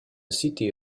city